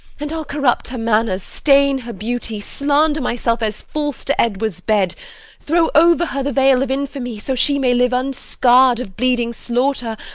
and i'll corrupt her manners, stain her beauty slander myself as false to edward's bed throw over her the veil of infamy so she may live unscarr'd of bleeding slaughter,